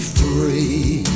free